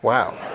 wow,